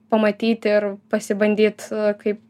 pamatyti ir pasibandyt kaip